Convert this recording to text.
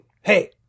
hey